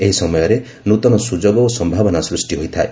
ଏହି ସମୟରେ ନୂତନ ସୁଯୋଗ ଓ ସମ୍ଭାବନା ସୃଷ୍ଟି ହୋଇଥାଏ